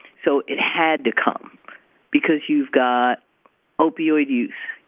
so it had to come because you've got opioid use,